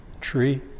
tree